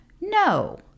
No